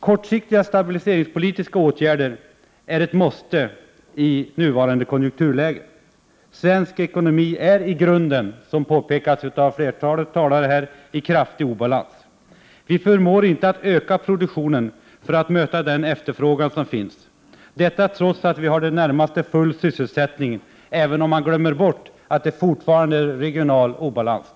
Kortsiktiga stabiliseringspolitiska åtgärder är ett måste i nuvarande konjunkturläge. Svensk ekonomi är i grunden, som påpekats av tidigare talare här, i kraftig obalans. Vi förmår inte öka produktionen för att möta den efterfrågan som finns, detta trots att vi har i det närmaste full sysselsättning — även om det fortfarande råder regional obalans.